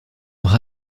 leurs